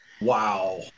Wow